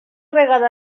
vegada